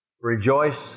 Rejoice